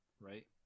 right